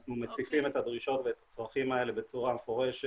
אנחנו מציפים את הדרישות ואת הצרכים האלה בצורה מפורשת